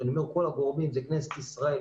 כשאני אומר "כל הגורמים" זה כנסת ישראל,